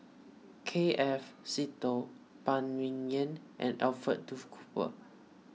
K F Seetoh Phan Ming Yen and Alfred Duff Cooper